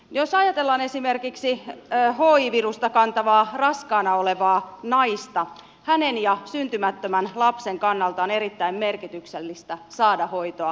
jos ajatellaan esimerkiksi hi virusta kantavaa raskaana olevaa naista hänen ja syntymättömän lapsen kannalta on erittäin merkityksellistä saada hoitoa raskauden aikana